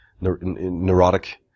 neurotic